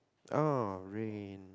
oh rain